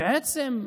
בעצם,